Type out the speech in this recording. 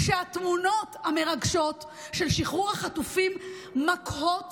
שהתמונות המרגשות של שחרור החטופים מקהות